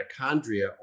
mitochondria